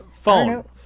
phone